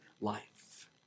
life